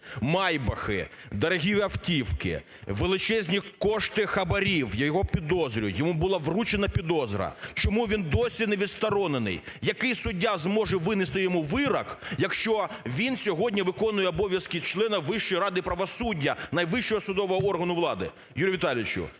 "майбахи", дорогі автівки, величезні кошти хабарів, я його підозрюю, йому була вручена підозра, чому він досі не відсторонений? Який суддя зможе винести йому вирок, якщо він сьогодні виконує обов'язки члена Вищої ради правосуддя – найвищого судового органу влади? Юрій Віталійович,